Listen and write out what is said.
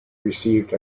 received